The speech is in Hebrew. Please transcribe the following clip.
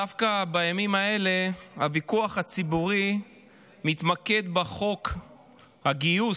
דווקא בימים אלה הוויכוח הציבורי מתמקד בחוק הגיוס,